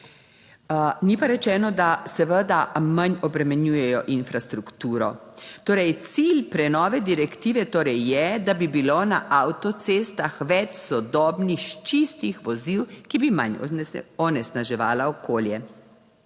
Ni pa rečeno, da seveda manj obremenjujejo infrastrukturo. Torej, cilj prenove direktive torej je, da bi bilo na avtocestah več sodobnih čistih vozil, ki bi manj onesnaževala okolje.